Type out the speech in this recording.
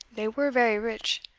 they were very rich.